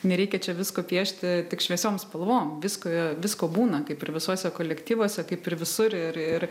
nereikia čia visko piešti tik šviesiom spalvom visko visko būna kaip ir visuose kolektyvuose kaip ir visur ir ir